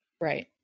Right